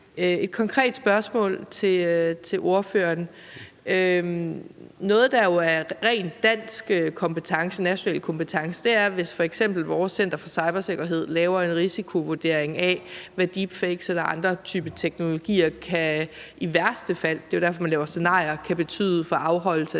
et konkret spørgsmål til ordføreren: Noget, der er jo er en ren national kompetence, er, hvis f.eks. vores Center for Cybersikkerhed laver en risikovurdering af, hvad deepfakes eller andre typer teknologier i værste fald – det er jo derfor, man laver scenarier – kan betyde for afholdelse